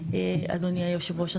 אדוני יושב הראש.